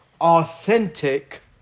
authentic